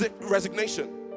resignation